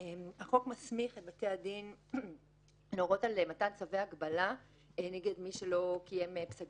החוק מסמיך את בתי הדין להורות על מתן צווי הגבלה נגד מי שלא קיים פסק